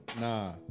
Nah